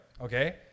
Okay